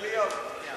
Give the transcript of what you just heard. מליאה.